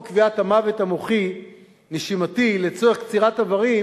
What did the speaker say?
קביעת המוות המוחי-נשימתי לצורך קצירת איברים,